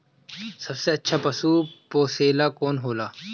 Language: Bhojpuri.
सबसे अच्छा पशु पोसेला कौन होला?